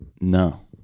No